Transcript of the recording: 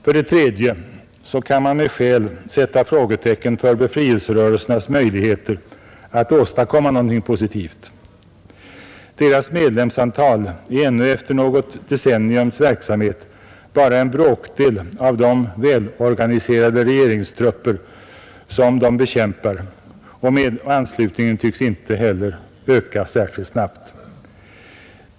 För det tredje kan man med skäl sätta frågetecken för befrielserörelsernas möjligheter att åstadkomma någonting positivt. Deras medlemsantal är ännu efter något decenniums verksamhet bara en bråkdel av de välorganiserade regeringstrupper som de bekämpar, och anslutningen tycks inte heller öka särskilt snabbt.